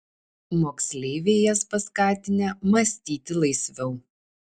moksleiviai jas paskatinę mąstyti laisviau